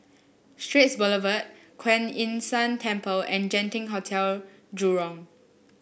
Straits Boulevard Kuan Yin San Temple and Genting Hotel Jurong